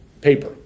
paper